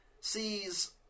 sees